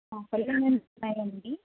ఆఫర్లు ఏమైన ఉన్నాయండి